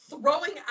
throwing